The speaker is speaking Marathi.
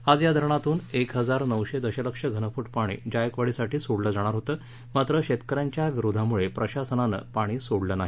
आज या धरणातून एक हजार नऊशे दशलक्ष घनफूट पाणी जायकवाडीसाठी सोडलं जाणार होतं मात्र शेतकऱ्यांच्या विरोधामुळे प्रशासनानं पाणी सोडलं नाही